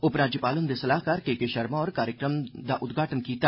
उपराज्यपाल हृंदे सलाहकार के के शर्मा होरें कार्यक्रम दा उद्घाटन कीता